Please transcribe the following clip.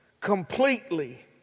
completely